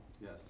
Yes